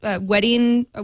wedding